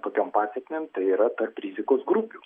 tokiom pasekmėm tai yra tarp rizikos grupių